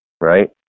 right